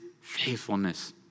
faithfulness